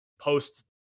post